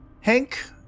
Hank